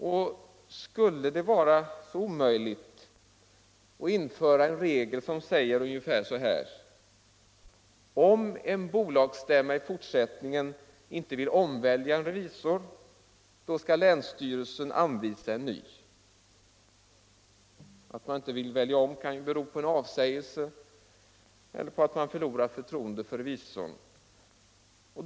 Och skulle det vara så omöjligt att införa en regel som säger ungefär så här: Om en bolagsstämma i fortsättningen inte vill omvälja en revisor, skall länsstyrelsen anvisa en ny. Att man inte vill välja om kan ju bero på avsägelse eller på att man förlorat förtroendet för revisorn.